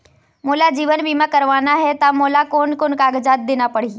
मोला जीवन बीमा करवाना हे ता मोला कोन कोन कागजात देना पड़ही?